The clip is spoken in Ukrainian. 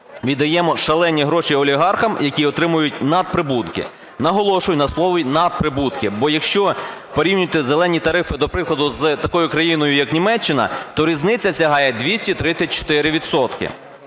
віддаємо шалені гроші олігархам, які отримують надприбутки, наголошую на слові "надприбутки". Бо якщо порівнювати "зелені" тарифи, до прикладу, з такою країною як Німеччина, то різниця сягає 234